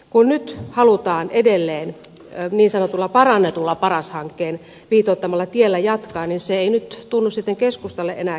kun nyt halutaan edelleen niin sanotulla parannetulla paras hankkeen viitoittamalla tiellä jatkaa niin se ei nyt tunnu sitten keskustalle enää kelpaavan